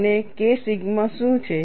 અને K sigma શું છે